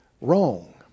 wrong